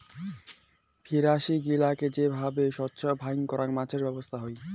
fishery গিলাকে যে ভাবে ব্যবছস্থাই করাং মাছের ব্যবছা হই